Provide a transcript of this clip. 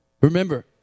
Remember